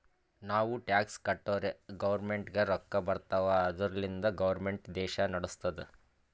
ನಾವು ಟ್ಯಾಕ್ಸ್ ಕಟ್ಟುರೇ ಗೌರ್ಮೆಂಟ್ಗ ರೊಕ್ಕಾ ಬರ್ತಾವ್ ಅದುರ್ಲಿಂದೆ ಗೌರ್ಮೆಂಟ್ ದೇಶಾ ನಡುಸ್ತುದ್